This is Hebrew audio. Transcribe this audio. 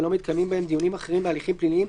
ולא מתקיימים בהם דיונים אחרים בהליכים פליליים,